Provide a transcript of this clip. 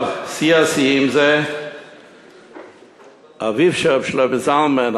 אבל שיא השיאים זה אביו של ר' שלמה זלמן,